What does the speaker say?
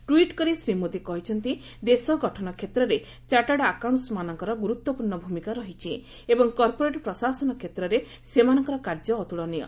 ଟ୍ପିଟ୍ କରି ଶ୍ରୀ ମୋଦି କହିଛନ୍ତି ଦେଶ ଗଠନ କ୍ଷେତ୍ରରେ ଚାର୍ଟାଡ୍ ଆକାଉଣ୍ଟାଣ୍ଟ୍ମାନଙ୍କର ଗୁରୁତ୍ୱପୂର୍ଣ୍ଣ ଭୂମିକା ରହିଛି ଏବଂ କର୍ପୋରେଟ୍ ପ୍ରଶାସନ କ୍ଷେତ୍ରରେ ସେମାନଙ୍କର କାର୍ଯ୍ୟ ଅତ୍କଳନୀୟ